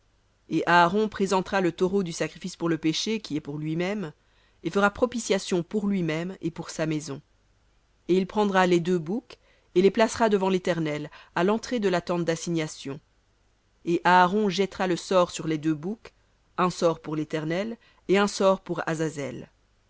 et aaron présentera le taureau du sacrifice pour le péché qui est pour lui-même et fera propitiation pour lui-même et pour sa maison et il prendra les deux boucs et les placera devant l'éternel à l'entrée de la tente dassignation et aaron jettera le sort sur les deux boucs un sort pour l'éternel et un sort pour azazel